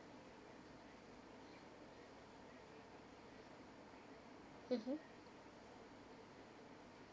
mmhmm